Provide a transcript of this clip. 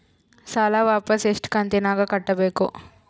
ಸಾಲ ವಾಪಸ್ ಎಷ್ಟು ಕಂತಿನ್ಯಾಗ ಕಟ್ಟಬೇಕು?